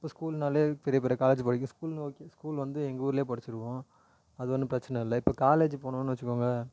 இப்போ ஸ்கூல்னால் பெரிய பெரிய காலேஜ் படிக்க ஸ்கூல் ஓகே ஸ்கூல் வந்து எங்கள் ஊரில் படிச்சிடுவோம் அது ஒன்றும் பிரச்சனை இல்லை இப்போ காலேஜி போகணுன்னு வச்சுக்கோங்க